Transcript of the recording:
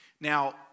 Now